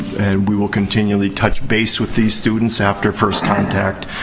and we will continually touch base with these students after first contact.